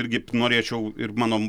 irgi norėčiau ir mano